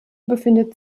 befindet